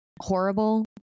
horrible